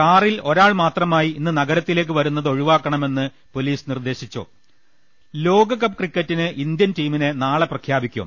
കാറിൽ ഒരാൾ മാത്രമായി ഇന്ന് നഗരത്തിലേക്ക് വരുന്നത് ഒഴിവാക്കണമെന്ന് പൊലീസ് നിർദേശി ന്നും ലോകകപ്പ് ക്രിക്കറ്റിന് ഇന്ത്യൻ ടീമിനെ നാളെ പ്രഖ്യാപിക്കും